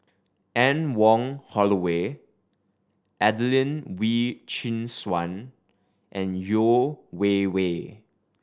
Anne Wong Holloway Adelene Wee Chin Suan and Yeo Wei Wei